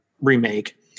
Remake